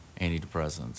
antidepressants